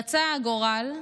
רצה הגורל,